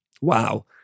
Wow